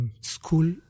school